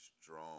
strong